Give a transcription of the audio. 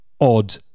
odd